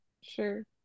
Sure